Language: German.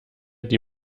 die